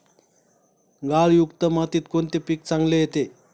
गाळयुक्त मातीत कोणते पीक चांगले येते?